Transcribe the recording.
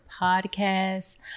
Podcast